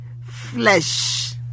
flesh